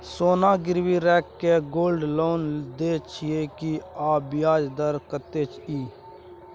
सोना गिरवी रैख के गोल्ड लोन दै छियै की, आ ब्याज दर कत्ते इ?